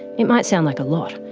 it might sound like a lot,